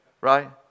Right